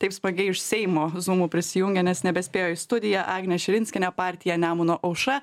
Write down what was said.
taip smagiai iš seimo rūmų prisijungė nes nebespėjo į studiją agnė širinskienė partija nemuno aušra